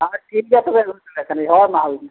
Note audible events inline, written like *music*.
ᱦᱳᱭ ᱴᱷᱤᱠ ᱜᱮᱭᱟ ᱛᱚᱵᱮ *unintelligible* ᱦᱳᱭ ᱢᱟ ᱦᱳᱭ ᱢᱟ